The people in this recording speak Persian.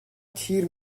تیر